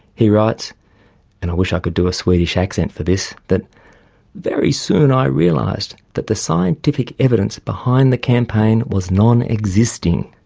he writes, and i wish i could do a swedish accent for this, that very soon i realised that the scientific evidence behind the campaign was non-existing.